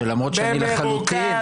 למרות שאני לחלוטין --- במרוכז.